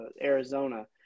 Arizona